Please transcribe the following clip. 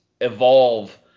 evolve